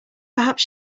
perhaps